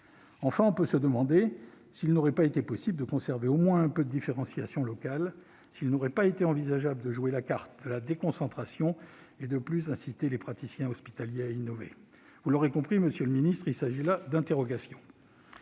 Enfin, on peut se demander s'il n'aurait pas été possible de conserver au moins un peu de différenciation locale, s'il n'aurait pas été envisageable de jouer la carte de la déconcentration et de plus inciter les praticiens hospitaliers à innover. Vous l'aurez compris, monsieur le Premier ministre, il s'agit là d'interrogations.